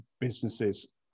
businesses